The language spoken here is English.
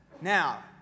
Now